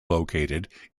located